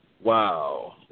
wow